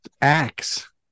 Axe